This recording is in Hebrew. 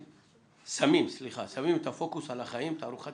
"שמים את הפוקוס על החיים: - תערוכת